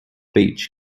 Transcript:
beach